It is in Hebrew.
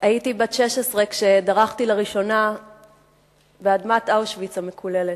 הייתי בת 16 כשדרכתי לראשונה על אדמת אושוויץ המקוללת.